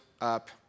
up